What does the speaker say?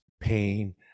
pain